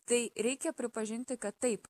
tai reikia pripažinti kad taip